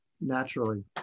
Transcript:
naturally